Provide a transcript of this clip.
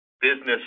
business